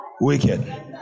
Wicked